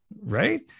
Right